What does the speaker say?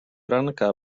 ranka